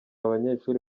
abanyeshuri